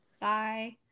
bye